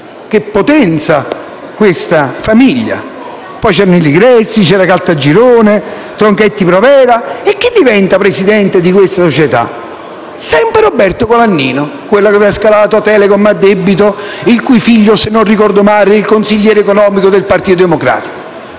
(che potenza, questa famiglia!); poi c'erano Ligresti, Caltagirone, Tronchetti Provera. E chi diventa presidente di questa società? Sempre Roberto Colaninno, quello che aveva scalato Telecom a debito, il cui figlio, se non ricordo male, era il consigliere economico del Partito Democratico.